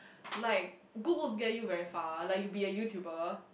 like good looks get you very far like you'll be a YouTuber